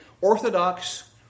orthodox